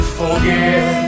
forget